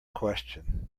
question